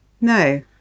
No